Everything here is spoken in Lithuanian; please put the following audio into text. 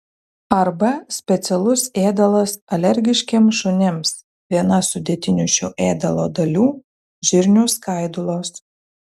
arba specialus ėdalas alergiškiems šunims viena sudėtinių šio ėdalo dalių žirnių skaidulos